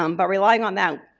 um but relying on that,